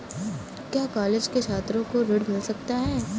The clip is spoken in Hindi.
क्या कॉलेज के छात्रो को ऋण मिल सकता है?